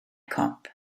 cop